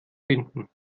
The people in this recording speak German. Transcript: finden